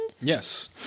Yes